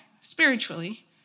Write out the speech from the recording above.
spiritually